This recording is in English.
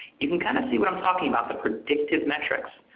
you can kind of see what i'm talking about, the predictive metrics,